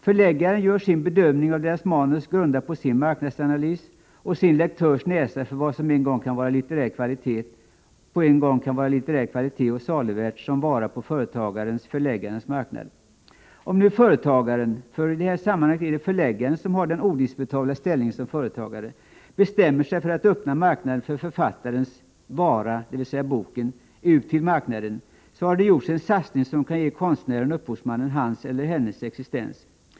Förläggaren gör sin bedömning av deras manuskript på basis av sin marknadsanalys och sin lektörsnäsa för vad som på en gång kan vara litterär kvalitet och saluvärt som vara på företagarens-förläggarens marknad. Om nu företagaren, ty i detta sammanhang är det förläggaren som har den odisputabla ställningen som företagare, bestämmer sig för att öppna marknaden för författarens ”vara”, dvs. boken, har det gjorts en satsning som kan ge konstnären-upphovsmannen hans eller hennes existens.